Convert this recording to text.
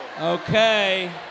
Okay